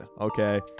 okay